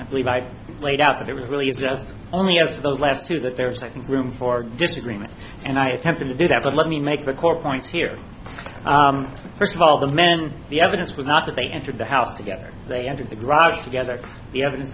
i believe i laid out that it was really only of the last two that there was a second room for disagreement and i attempted to do that but let me make the core point here first of all the men the evidence was not that they entered the house together they entered the garage together the evidence